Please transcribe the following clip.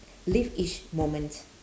live each moment